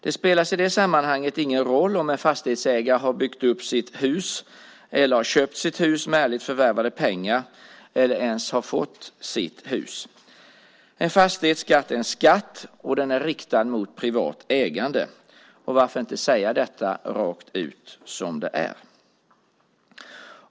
Det spelar i det sammanhanget ingen roll om en fastighetsägare har byggt upp sitt hus eller köpt sitt hus med ärligt förvärvade pengar eller har fått sitt hus. En fastighetsskatt är en skatt, och den är riktad mot privat ägande. Varför inte säga rakt ut som det är?